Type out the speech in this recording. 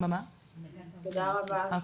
תודה רבה.